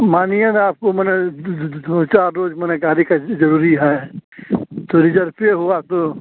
मानिएगा आपको माने दो चार रोज माने गाड़ी की जरूरी है तो रिजर्व ही हुआ तो